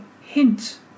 hint